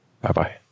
Bye-bye